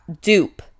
Dupe